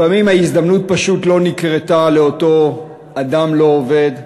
לפעמים ההזדמנות פשוט לא נקרתה לאותו אדם לא-עובד,